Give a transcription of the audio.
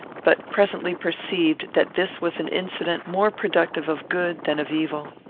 but presently perceived that this was an incident more productive of good than of evil.